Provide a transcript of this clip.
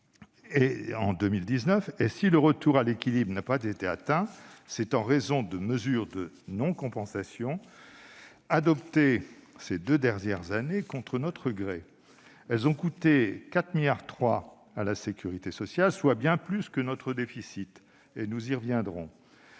en 2019. Si le retour à l'équilibre n'a pas été atteint, c'est en raison des mesures de non-compensation adoptées ces deux dernières années contre notre gré. Elles ont coûté 4,3 milliards d'euros à la sécurité sociale, soit bien plus que son déficit. Nous y reviendrons.